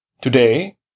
Today